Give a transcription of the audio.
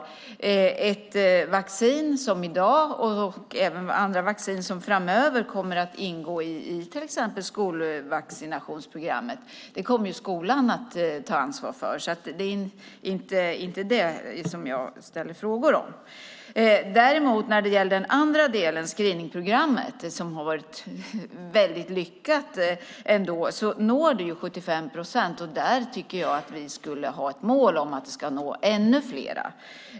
Detta vaccin och även andra vaccin ingår och kommer framöver att ingå i till exempel skolvaccinationsprogrammet. Det kommer skolan att ta ansvar för. Det är inte det som jag ställer frågor om. När det gäller screeningprogrammet, den andra delen, har det varit lyckat och når 75 procent. Där tycker jag att vi skulle ha ett mål om att det ska nå ännu fler.